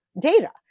data